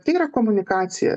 tai yra komunikacija